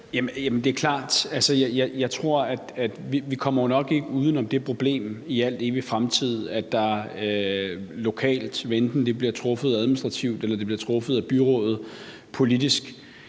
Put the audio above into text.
Det er klart. Jeg tror, at vi i al evig fremtid nok ikke kommer uden om det problem, at der lokalt – hvad enten det bliver truffet administrativt eller det bliver truffet af byrådet politisk